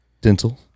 dental